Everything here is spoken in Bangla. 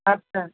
আচ্ছা